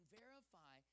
verify